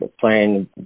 playing